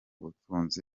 butunzi